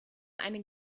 einen